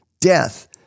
death